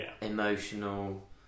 emotional